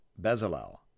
Bezalel